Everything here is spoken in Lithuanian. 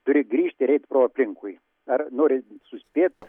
turi grįžt ir eit pro aplinkui ar norint suspėt